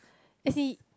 as he